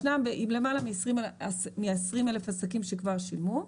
ישנם למעלה מ-20,000 עסקים שכבר שילמו,